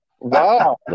Wow